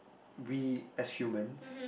we as humans